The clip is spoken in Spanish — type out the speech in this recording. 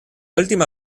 última